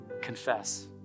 confess